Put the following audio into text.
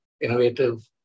innovative